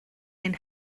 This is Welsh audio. ein